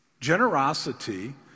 Generosity